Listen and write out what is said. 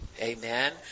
Amen